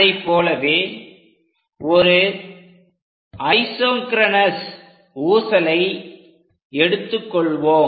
அதைப்போலவே ஒரு ஐசோக்ரோனஸ் ஊசலை எடுத்துக்கொள்வோம்